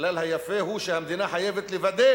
הכלל היפה הוא שהמדינה חייבת לוודא